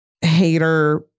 hater